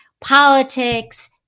politics